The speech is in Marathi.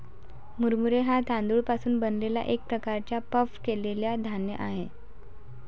मुरमुरे हा तांदूळ पासून बनलेला एक प्रकारचा पफ केलेला धान्य आहे